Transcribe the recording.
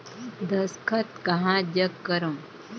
दस्खत कहा जग करो?